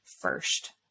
first